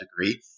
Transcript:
degree